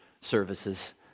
services